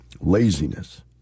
Laziness